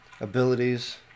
abilities